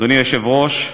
אדוני היושב-ראש,